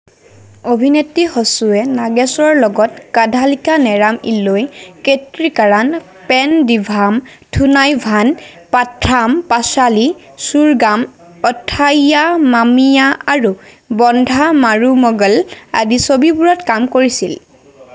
অভিনেত্ৰী সচ্চুৱে নাগেশৰ লগত কাধালিকা নেৰাম ইল্লৈ কেট্টিকাৰণ পেন দিভাম থুনাইভান পাথাম পাসালি ছোৰগাম অথাইয়া মামীয়া আৰু বন্ধা মাৰুমগল আদি ছবিবোৰত কাম কৰিছিল